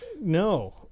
No